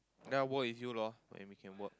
then I work with you loh then we can work